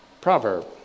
proverb